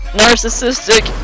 narcissistic